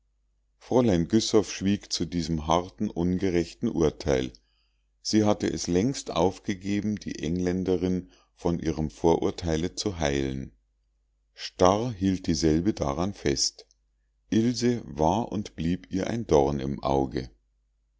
fräulein güssow schwieg zu diesem harten ungerechten urteil sie hatte es längst aufgegeben die engländerin von ihrem vorurteile zu heilen starr hielt dieselbe daran fest ilse war und blieb ihr ein dorn im auge